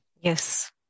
yes